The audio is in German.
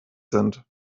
sind